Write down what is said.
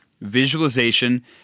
visualization